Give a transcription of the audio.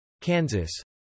Kansas